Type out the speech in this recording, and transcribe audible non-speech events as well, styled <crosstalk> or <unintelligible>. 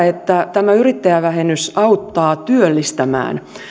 <unintelligible> että tämä yrittäjävähennys auttaa työllistämään